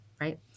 right